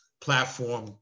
platform